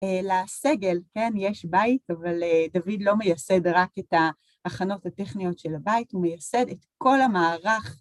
לסגל, כן, יש בית, אבל דוד לא מייסד רק את ההכנות הטכניות של הבית, הוא מייסד את כל המערך.